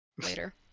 later